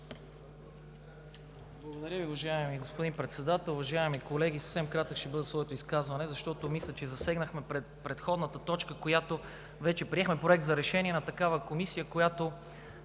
Благодаря Ви, уважаеми господин Председател. Уважаеми колеги, ще бъда съвсем кратък в своето изказване, защото мисля, че засегнахме предходната точка – вече приехме Проект за решение на такава комисия, която